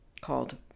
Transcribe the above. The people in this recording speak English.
called